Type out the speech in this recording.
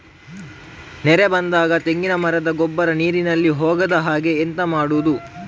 ನೆರೆ ಬಂದಾಗ ತೆಂಗಿನ ಮರದ ಗೊಬ್ಬರ ನೀರಿನಲ್ಲಿ ಹೋಗದ ಹಾಗೆ ಎಂತ ಮಾಡೋದು?